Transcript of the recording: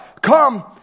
come